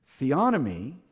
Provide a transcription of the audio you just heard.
Theonomy